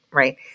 right